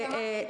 שמעתי אותה.